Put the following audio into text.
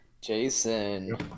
Jason